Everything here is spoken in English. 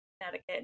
Connecticut